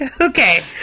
Okay